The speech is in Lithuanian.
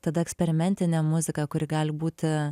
tada eksperimentinė muzika kuri gali būti